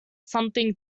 something